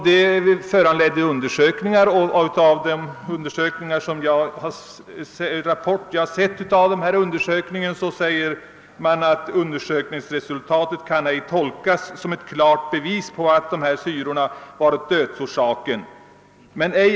Detta föranledde undersökningar, och i den rapport som därefter avgavs heter det: >Undersökningsresultatet kan ej tolkas som ett klart bevis på att fenoxisyrorna varit dödsorsaken men en därav vållad allmänpåverkan kan ej uteslutas.